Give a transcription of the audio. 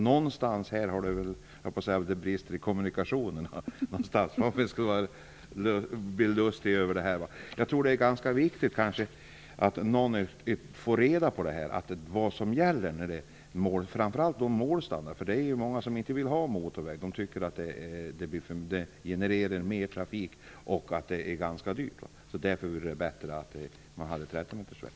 Någonstans här brister det väl i kommunikationerna, höll jag på att säga. Jag tror att det är viktigt att få reda på vad som gäller, framför allt när det gäller målstandard, för det är ju många som inte vill ha motorvägar därför att de tycker att de genererar mer trafik och blir ganska dyra och att det därför vore bättre med 13-metersväg.